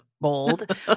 bold